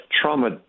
Trauma